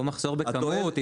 או מחסור בכמות.